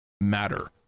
matter